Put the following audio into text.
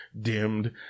dimmed